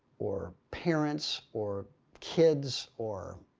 or parents or kids or.